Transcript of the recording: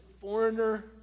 foreigner